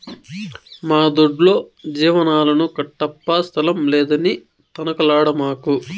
మా దొడ్లో జీవాలను కట్టప్పా స్థలం లేదని తనకలాడమాకు